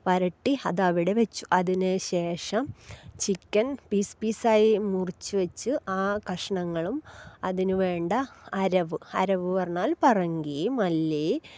വരട്ടി അത് അവിടെ വച്ചു അതിന് ശേഷം ചിക്കൻ പീസ് പീസായി മുറിച്ച് വച്ച് ആ കഷ്ണങ്ങളും അതിന് വേണ്ട അരവ് അരവ് പറഞ്ഞാൽ പറങ്കി മല്ലി